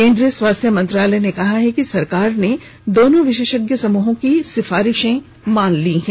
केंद्रीय स्वास्थ्य मंत्रालय ने कहा है कि सरकार ने दोनों विशेषज्ञ समूह की सिफारिशें मान ली हैं